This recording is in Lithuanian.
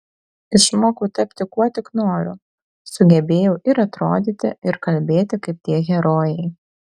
išmokau tapti kuo tik noriu sugebėjau ir atrodyti ir kalbėti kaip tie herojai